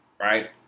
right